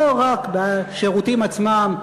לא רק בשירותים עצמם,